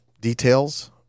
details